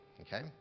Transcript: okay